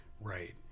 Right